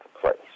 place